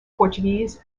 portuguese